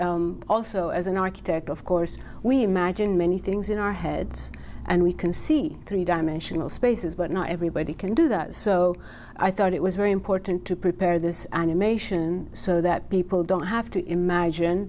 little also as an architect of course we imagine many things in our heads and we can see three dimensional spaces but not everybody can do that so i thought it was very important to prepare this animation so that people don't have to imagine